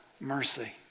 mercy